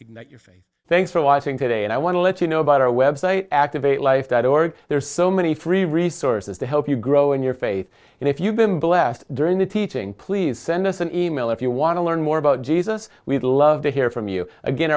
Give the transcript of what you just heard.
ignite your faith thanks for watching today and i want to let you know about our web site activate life that org there are so many free resources to help you grow in your faith and if you've been blessed during the teaching please send us an e mail if you want to learn more about jesus we'd love to hear from you again